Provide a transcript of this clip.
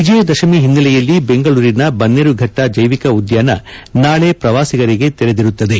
ವಿಜಯದಶಮಿ ಹಿನ್ನೆಲೆಯಲ್ಲಿ ಬೆಂಗಳೂರಿನ ಬನ್ನೇರುಘಟ್ಲ ಜ್ವೇವಿಕ ಉದ್ಯಾನ ನಾಳೆ ಪ್ರವಾಸಿಗರಿಗೆ ತೆರೆದಿರುತ್ತದೆ